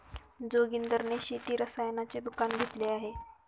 जोगिंदर ने शेती रसायनाचे दुकान घेतले आहे